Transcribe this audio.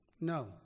No